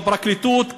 בפרקליטות,